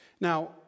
Now